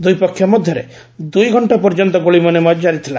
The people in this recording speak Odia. ଦୁଇପକ୍ଷ ମଧ୍ୟରେ ଦୁଇଘଣ୍ଟା ପର୍ଯ୍ୟନ୍ତ ଗୁଳିବିନିମୟ କ୍ୱାରି ଥିଲା